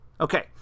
Okay